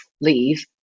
leave